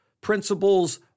Principles